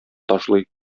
ташлый